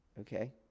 Okay